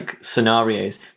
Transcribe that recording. scenarios